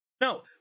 no